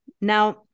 Now